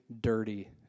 dirty